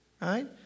right